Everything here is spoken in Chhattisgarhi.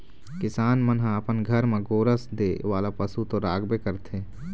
किसान मन ह अपन घर म गोरस दे वाला पशु तो राखबे करथे